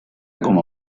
como